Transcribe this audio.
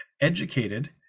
Educated